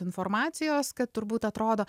informacijos kad turbūt atrodo